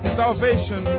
salvation